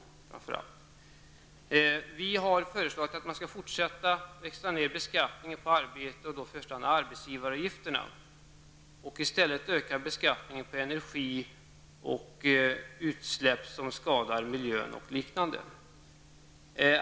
Vi i miljöpartiet har föreslagit att man skall fortsätta att minska beskattningen på arbete. Man skall i första hand minska arbetsgivaravgifterna och i stället öka beskattningen på energi och utsläpp som skadar miljön och liknande.